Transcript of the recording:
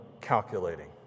calculating